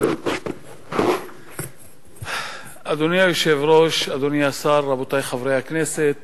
סגן שר האוצר יצחק כהן: תודה לחבר הכנסת